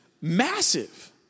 massive